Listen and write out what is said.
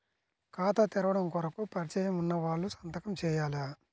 ఖాతా తెరవడం కొరకు పరిచయము వున్నవాళ్లు సంతకము చేయాలా?